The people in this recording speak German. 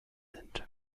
sind